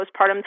postpartum